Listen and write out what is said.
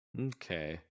Okay